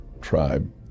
tribe